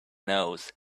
nose